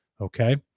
Okay